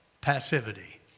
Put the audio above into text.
passivity